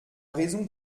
raison